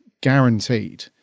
guaranteed